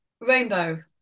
rainbow